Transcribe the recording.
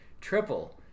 triple